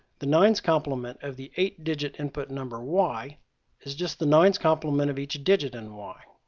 the nines complement of the eight-digit input number y is just the nines complement of each digit in y.